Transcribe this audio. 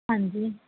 ਹਾਂਜੀ